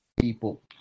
people